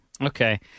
Okay